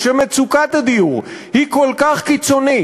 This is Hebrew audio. כשמצוקת הדיור היא כל כך קיצונית,